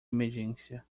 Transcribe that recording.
emergência